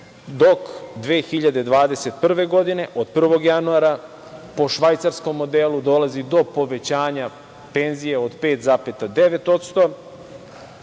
dok 2021. godine, od 1. januara po švajcarskom modelu, dolazi do povećanja penzija od 5,9%,